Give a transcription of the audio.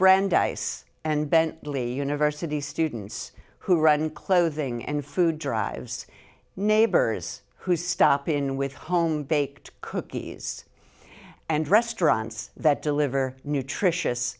brandeis and bentley university students who run clothing and food drives neighbors who stop in with home baked cookies and restaurants that deliver nutritious